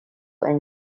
and